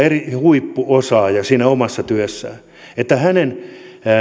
huippuosaaja siinä omassa työssään